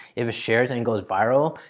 if it shares and goes viral,